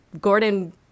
Gordon